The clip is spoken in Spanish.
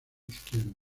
izquierdo